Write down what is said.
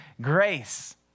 grace